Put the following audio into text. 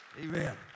Amen